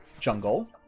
jungle